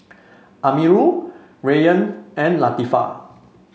Amirul Rayyan and Latifa